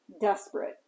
desperate